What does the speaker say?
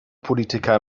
politiker